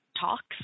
talks